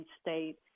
state